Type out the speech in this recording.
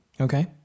Okay